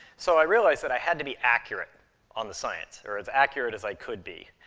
so, i realized that i had to be accurate on the science, or as accurate as i could be.